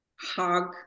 hug